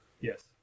Yes